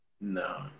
No